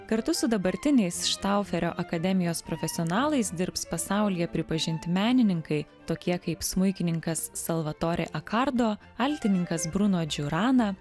kartu su dabartiniais štauferio akademijos profesionalais dirbs pasaulyje pripažinti menininkai tokie kaip smuikininkas salvatore akordo altininkas bruno džiurana